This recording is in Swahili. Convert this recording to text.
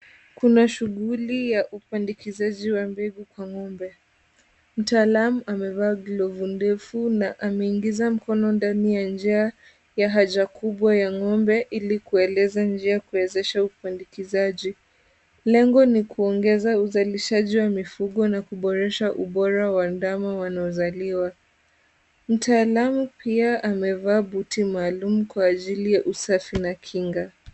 Kuna shughuli ya upandikizaji wa mbegu kwa ng'ombe. Mtaalamu amevaa glavu ndefu na ameingiza mkono ndani ya njia ya haja kubwa ya ng'ombe ili kueleza njia ya kuwezesha upandikizaji. Lengo ni kuongeza uzalishaji wa mifugo na kuboresha ubora wa ndama wanaozaliwa. Mtaalamu pia amevaa buti maalum kwa ajili ya usafi na kinga.